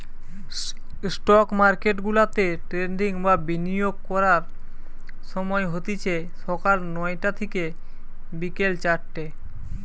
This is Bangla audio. স্টক মার্কেটগুলাতে ট্রেডিং বা বিনিয়োগ করার সময় হতিছে সকাল নয়টা থিকে বিকেল চারটে